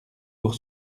pour